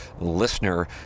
Listener